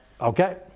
okay